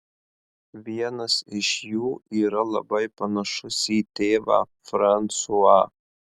vienas iš jų yra labai panašus į tėvą fransuą